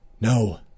No